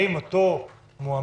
האם אותו מועמד,